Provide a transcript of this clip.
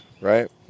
right